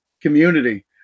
community